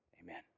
amen